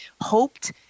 hoped